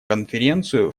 конференцию